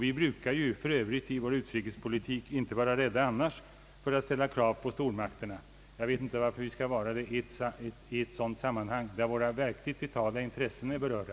Vi brukar för övrigt i vår utrikespolitik annars inte vara rädda för att ställa krav på stormakterna. Jag vet inte varför vi skall vara det i ett sammanhang, där våra verkligt vitala intressen är berörda.